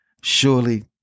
Surely